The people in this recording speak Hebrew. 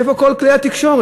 איפה כל כלי התקשורת?